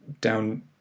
down